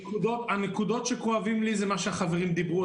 הנקודות שכואבות לי זה מה שהחברים דיברו,